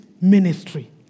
ministry